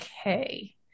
okay